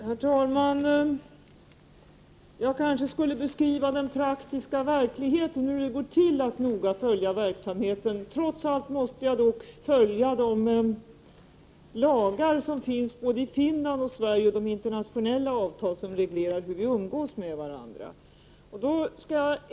Herr talman! Jag kanske skulle beskriva den praktiska verkligheten, hur det går till att noga följa verksamheten. Trots allt måste jag följa de lagar som finns både i Finland och i Sverige samt de internationella avtal som reglerar hur vi umgås med varandra.